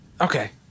Okay